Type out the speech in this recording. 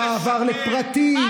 במעבר לפרטי,